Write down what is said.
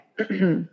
Okay